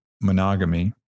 monogamy